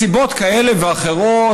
מסיבות כאלה ואחרות,